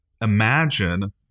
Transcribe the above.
imagine